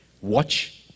Watch